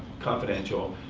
confidential.